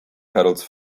pedals